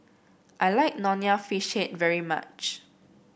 I like Nonya Fish Head very much